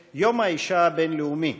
בנושא: יום האישה הבין-לאומי,